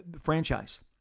franchise